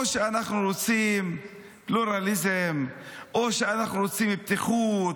או שאנחנו רוצים פלורליזם או שאנחנו רוצים פתיחות